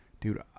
dude